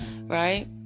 Right